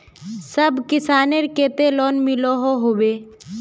सब किसानेर केते लोन मिलोहो होबे?